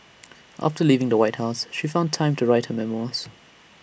after leaving the white house she found time to write her memoirs